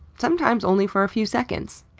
sometimes only for a few seconds.